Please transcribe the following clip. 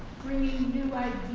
bringing new like